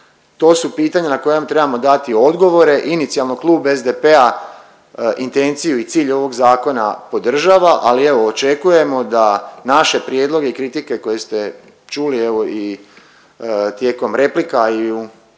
To su pitanja na koja trebamo dati odgovore. Inicijalno klub SDP-a intenciju i cilj ovog zakona podržava, ali evo očekujemo da naše prijedloge i kritike koje ste čuli evo i tijekom replika, a i u